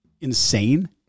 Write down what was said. insane